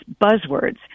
buzzwords